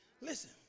Listen